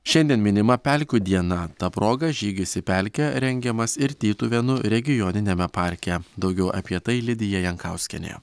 šiandien minima pelkių diena ta proga žygis į pelkę rengiamas ir tytuvėnų regioniniame parke daugiau apie tai lidija jankauskienė